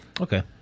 Okay